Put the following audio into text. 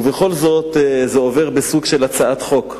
ובכל זאת זה עובר בסוג של הצעת חוק.